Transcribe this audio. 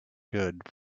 good